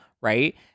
right